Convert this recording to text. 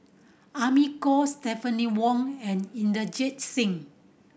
Amy Khor Stephanie Wong and Inderjit Singh